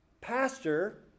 pastor